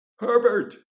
Herbert